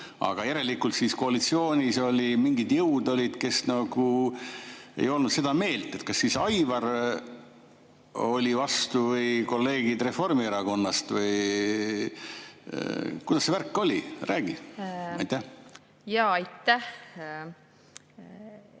Järelikult siis koalitsioonis olid mingid jõud, kes ei olnud seda meelt. Kas siis Aivar oli vastu või kolleegid Reformierakonnast? Või kuidas see värk oli? Räägi. Aitäh!